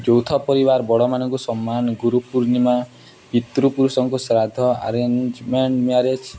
ଯୌଥ ପରିବାର ବଡ଼ମାନଙ୍କୁ ସମ୍ମାନ ଗୁରୁ ପୂର୍ଣ୍ଣିମା ପିତୃପୁରୁଷଙ୍କୁ ଶ୍ରାଦ୍ଧ ଆରେଞ୍ଜମେଣ୍ଟ ମ୍ୟାରେଜ୍